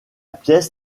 pièce